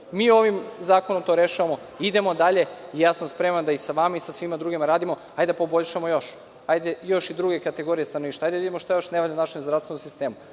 ovim zakonom to rešavamo, idemo dalje, i spreman sam da i sa vama i sa svima drugima radimo, hajde da poboljšamo još, hajde još i druge kategorije stanovništva, hajde da vidimo šta još ne radi u našem zdravstvenom sistemu.